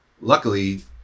luckily